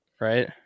right